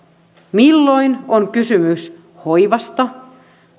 milloin on kysymys hoivasta